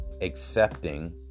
accepting